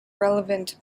relevant